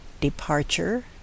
departure